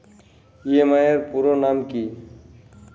EMI এর পুরোনাম কী?